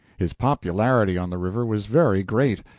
his popularity on the river was very great.